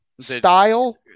style